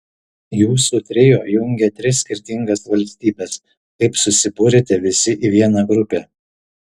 jūsų trio jungia tris skirtingas valstybes kaip susibūrėte visi į vieną grupę